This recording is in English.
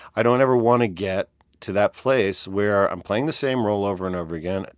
i don't ever want to get to that place where i'm playing the same role over and over again,